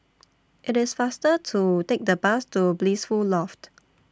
IT IS faster to Take The Bus to Blissful Loft